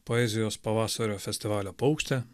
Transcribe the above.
poezijos pavasario festivalio paukštė